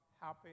happy